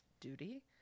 duty